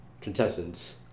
contestants